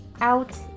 out